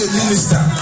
minister